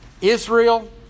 Israel